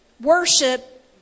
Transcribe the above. Worship